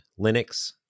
Linux